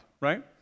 right